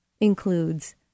includes